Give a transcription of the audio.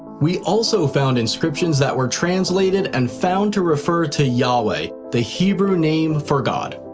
we also found inscriptions that were translated and found to refer to yahweh, the hebrew name for god.